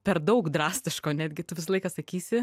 per daug drastiško netgi tu visą laiką sakysi